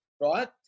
right